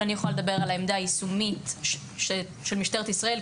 אבל אני יכולה לדבר על העמדה היישומית של משטרת ישראל,